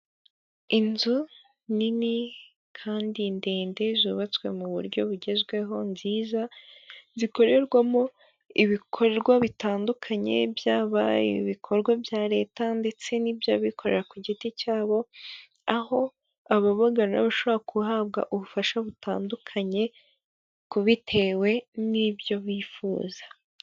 Inzu nini kandi ndende, zubatswe mu buryo bugezweho, nziza, zikorerwamo ibikorwa bitandukanye, byaba ibikorwa bya leta, ndetse n'iby'abikorera ku giti cyabo, aho ababagana bashobora guhabwa ubufasha butandukanye, ku bitewe n'ibyo bifuza.